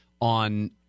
on